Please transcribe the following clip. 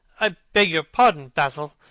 i beg your pardon, basil,